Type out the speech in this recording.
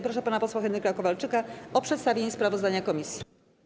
Proszę pana posła Henryka Kowalczyka o przedstawienie sprawozdania komisji.